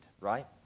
right